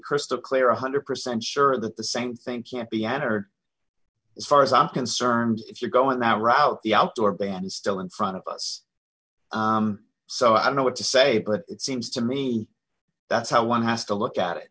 crystal clear one hundred percent sure that the same thing can't be answered as far as i'm concerned if you go in that route the outdoor ban is still in front of us so i don't know what to say but it seems to me that's how one has to look at it